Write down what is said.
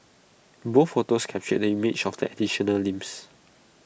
both photos captured the image of the additional limbs